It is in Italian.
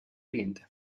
oriente